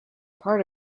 part